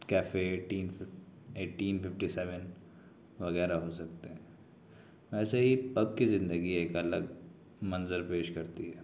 cafe eighteen eighteen fifty seven وغیرہ ہو سکتے ہیں ایسے ہی پب کی زندگی ایک الگ منظر پیش کرتی ہیں